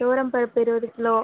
துவரம் பருப்பு இருபது கிலோ